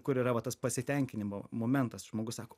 kur yra va tas pasitenkinimo momentas žmogus sako